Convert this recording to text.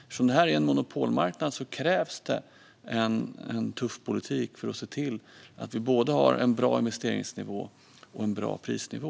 Eftersom det är en monopolmarknad krävs det tuff politik för att se till att vi har både en bra investeringsnivå och en bra prisnivå.